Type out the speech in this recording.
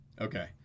Okay